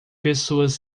pessoas